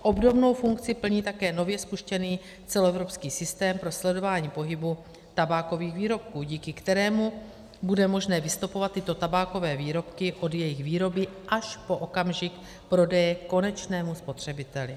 Obdobnou funkci plní také nově spuštěný celoevropský systém pro sledování pohybu tabákových výrobků, díky kterému bude možné vystopovat tyto tabákové výrobky od jejich výroby až po okamžik prodeje konečnému spotřebiteli.